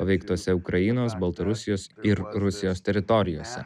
paveiktose ukrainos baltarusijos ir rusijos teritorijose